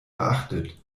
beachtet